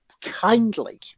kindly